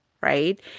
right